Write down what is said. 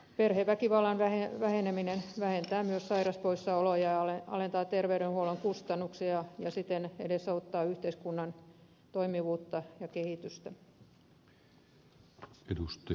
perheväkivallan väheneminen vähentää myös sairauspoissaoloja ja alentaa terveydenhuollon kustannuksia ja siten edesauttaa yhteiskunnan toimivuutta ja kehitystä